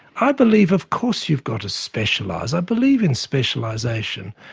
i believe, of course you've got to specialise, i believe in specialisation,